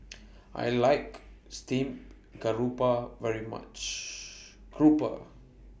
I like Steamed Grouper very much Grouper